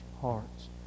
hearts